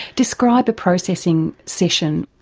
describe the processing session.